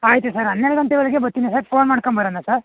ಆಯಿತು ಸರ್ ಹನ್ನೆರಡು ಗಂಟೆಯೊಳಗೆ ಬರ್ತೀನಿ ಸರ್ ಫೋನ್ ಮಾಡ್ಕಂಬರೋಣ ಸರ್